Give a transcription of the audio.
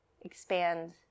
expand